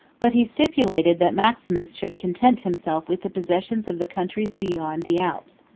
but he stipulated, that maximus should content himself with the possession of the countries beyond the alps.